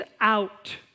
out